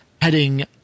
heading